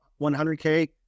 100K